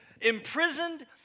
imprisoned